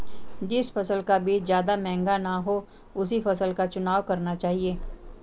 जिस फसल का बीज ज्यादा महंगा ना हो उसी फसल का चुनाव करना चाहिए